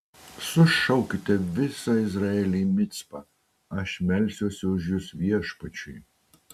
sušaukite visą izraelį į micpą aš melsiuosi už jus viešpačiui